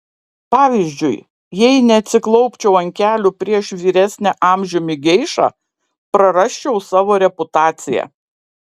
pavyzdžiui jei neatsiklaupčiau ant kelių prieš vyresnę amžiumi geišą prarasčiau savo reputaciją